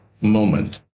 moment